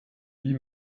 wie